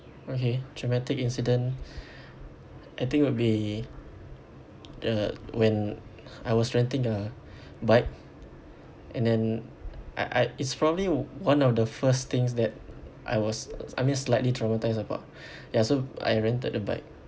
okay traumatic incident I think would be the when I was renting a bike and then I I it's probably one of the first things that I was I mean slightly traumatised about ya so I rented a bike